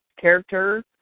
character